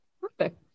Perfect